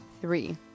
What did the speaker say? three